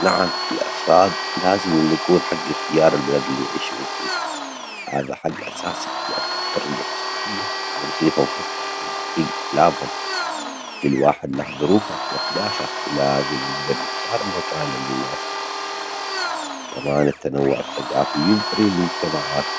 نعم، الأفراد لازم يكون حج اختيار البلد اليعيشون فيه هذا حج أساسي يعكس الحرية الشخصية ويعطيهم فرصة لتحقيق أحلامهم، كل واحد له ظروفه وأهدافه ولازم يجدر يختار المكان اليناسبه، كمان التنوع الثقافي يثري المجتمعات